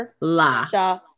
la